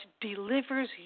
delivers